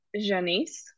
Janice